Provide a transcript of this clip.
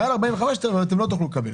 מעל 45 אתם לא תוכלו לקבל.